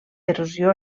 erosió